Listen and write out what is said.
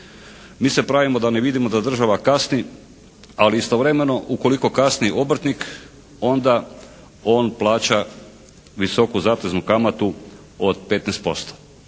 Mi se pravimo da ne vidimo da država kasni, ali istovremeno ukoliko kasni obrtnik onda on plaća visoku zateznu kamatu od 15%.